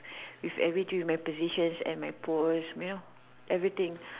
with every drill in my position and my post you know everything